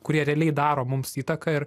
kurie realiai daro mums įtaką ir